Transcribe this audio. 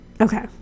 okay